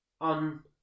on